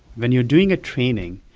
when you're doing a training,